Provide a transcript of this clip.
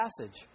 passage